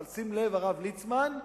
אבל, הרב ליצמן,